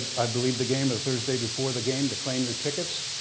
i believe, the game the thursday before the game to claim your tickets.